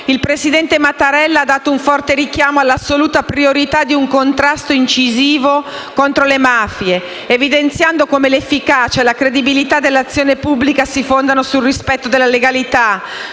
il presidente Mattarella ha espresso un forte richiamo all'assoluta priorità di un contrasto incisivo alle mafie, evidenziando come «l'efficacia e la credibilità dell'azione pubblica si fondano sul rispetto della legalità,